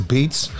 Beats